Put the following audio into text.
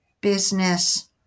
business